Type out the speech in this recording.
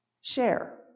share